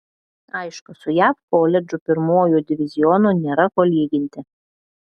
aišku su jav koledžų pirmuoju divizionu nėra ko lyginti